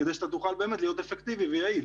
כדי שתוכל להיות אפקטיבי ויעיל.